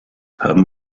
haben